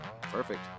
perfect